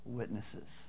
witnesses